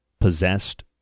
possessed